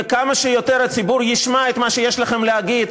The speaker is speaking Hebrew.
וכמה שיותר הציבור ישמע את מה שיש לכם להגיד,